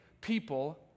people